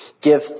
Give